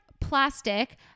plastic